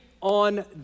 on